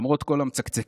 למרות כל המצקצקים,